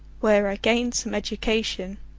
where i gained some education,